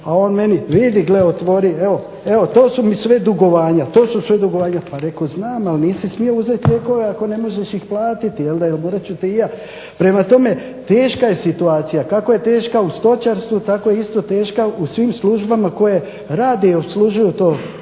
a on meni vidi, gle, otvori. Evo to su mi sve dugovanja, to su sve dugovanja. Pa reko' znam, ali nisi smio uzet lijekove ako ne možeš ih platiti jer morat ću te i ja. Prema tome, teška je situacija. Kako je teška u stočarstvu, tako je isto teška u svim službama koje rade i opslužuju to